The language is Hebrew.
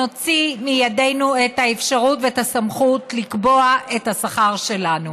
נוציא מידינו את האפשרות ואת הסמכות לקבוע את השכר שלנו.